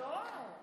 לא.